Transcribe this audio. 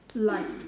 like